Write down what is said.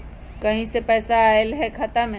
कहीं से पैसा आएल हैं खाता में?